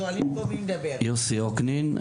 יוסי אוקנין,